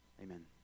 Amen